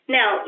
Now